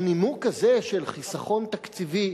הנימוק הזה, של חיסכון תקציבי,